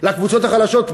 לקבוצות החלשות?